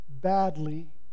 badly